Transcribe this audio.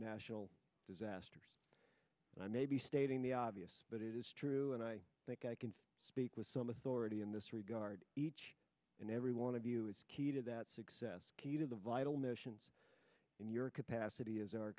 national disasters and i may be stating the obvious but it is true and i think i can speak with some authority in this regard each and every one of you is key to that success of the vital missions in your capacity as our